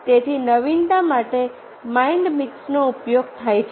તેથી નવીનતા માટે માઇન્ડ મિક્સનો ઉપયોગ થાય છે